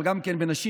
אבל גם של נשים,